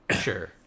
sure